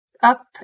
up